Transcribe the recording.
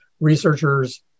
researchers